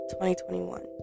2021